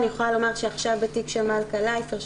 אני יכולה להגיד שעכשיו בתיק של מלכה לייפר,